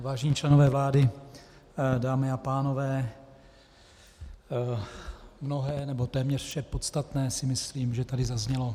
Vážení členové vlády, dámy a pánové, téměř vše podstatné, si myslím, že tady zaznělo.